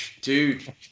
dude